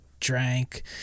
drank